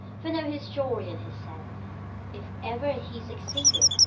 for no historian has said if ever he succeeded.